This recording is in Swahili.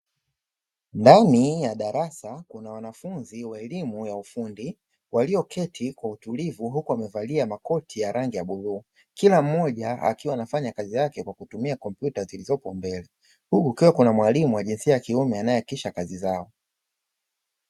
Ndani ya darasa kuna wanafunzi wa elimu ya ufundi walioketi kwa utulivu huku wamevalia makoti ya rangi ya buluu, kila mmoja akiwa anafanya kazi yake kwa kutumia kompyuta zilizopo mbele. Huku ukiwa kuna mwalimu wa jinsia ya kiume anayehakikisha kazi zao.